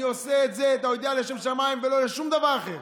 אני עושה לשם שמיים ולא לשום דבר אחר.